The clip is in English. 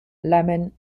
lemon